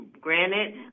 granite